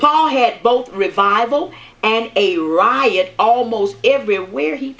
powerhead both revival and a riot almost everywhere he